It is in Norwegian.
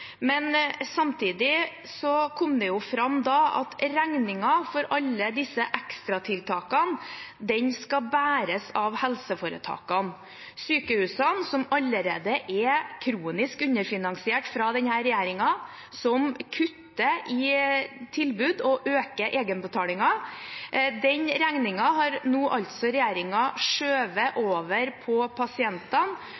kom det fram at regningen for alle disse ekstratiltakene skulle bæres av helseforetakene, altså sykehusene, som allerede er kronisk underfinansiert av denne regjeringen som kutter i tilbud og øker egenbetalingen. Den regningen har regjeringen altså nå skjøvet